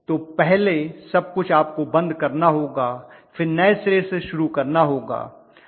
तो पहले सब कुछ आपको बंद करना होगा फिर नए सिरे से शुरू करना होगा